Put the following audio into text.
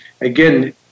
again